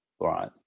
right